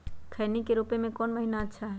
खैनी के रोप के कौन महीना अच्छा है?